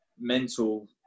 mental